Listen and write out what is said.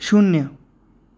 શૂન્ય